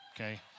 okay